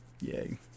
yay